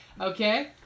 Okay